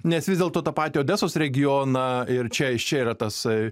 nes vis dėlto tą patį odesos regioną ir čia iš čia yra tasai